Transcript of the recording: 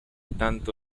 tanto